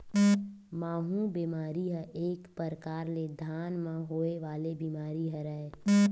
माहूँ बेमारी ह एक परकार ले धान म होय वाले बीमारी हरय